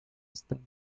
estão